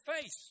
face